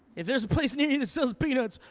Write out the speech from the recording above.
if there's a place near you that sells peanuts,